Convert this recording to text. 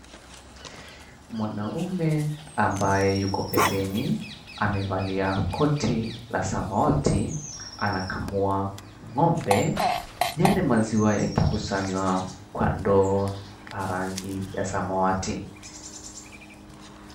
Mwanaume ambaye yuko pembeni amevalia koti la samawati anakamua ng'ombe. Yale maziwa yakikusanywa kwa ndoo ya rangi ya samawati.